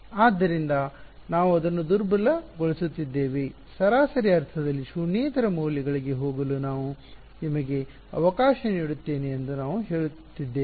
ಆದ್ದರಿಂದ ನಾವು ಅದನ್ನು ದುರ್ಬಲಗೊಳಿಸುತ್ತಿದ್ದೇವೆ ಸರಾಸರಿ ಅರ್ಥದಲ್ಲಿ ಶೂನ್ಯೇತರ ಮೌಲ್ಯಗಳಿಗೆ ಹೋಗಲು ನಾನು ನಿಮಗೆ ಅವಕಾಶ ನೀಡುತ್ತೇನೆ ಎಂದು ನಾವು ಹೇಳುತ್ತಿದ್ದೇವೆ